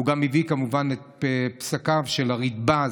והוא גם הביא כמובן את פסקיו של הרידב"ז,